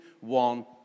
one